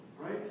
Right